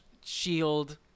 shield